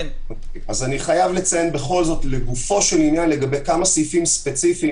אני חייב לציין בכל זאת לגופו של עניין לגבי כמה סעיפים ספציפיים.